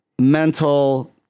mental